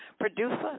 producer